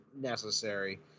necessary